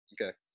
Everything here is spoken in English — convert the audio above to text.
Okay